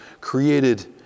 created